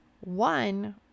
One